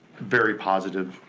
very positive